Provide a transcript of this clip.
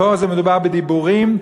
פה מדובר בדיבורים,